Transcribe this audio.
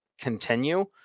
continue